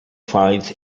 finds